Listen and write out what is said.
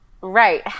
Right